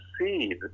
see